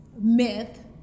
myth